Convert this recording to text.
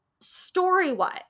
story-wise